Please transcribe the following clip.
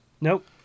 Nope